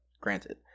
Granted